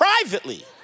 privately